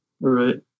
Right